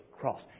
cross